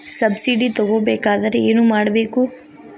Subsidy ತಗೊಬೇಕಾದರೆ ಏನು ಮಾಡಬೇಕು?